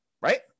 right